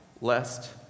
Lest